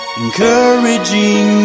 encouraging